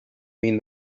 mean